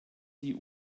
die